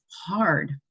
hard